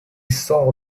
saw